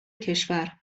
کشور